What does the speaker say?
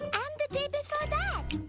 and the day before that!